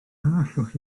allwch